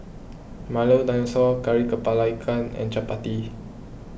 Milo Dinosaur Kari Kepala Ikan and Chappati